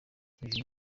uyu